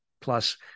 plus